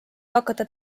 hakata